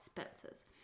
expenses